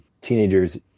teenagers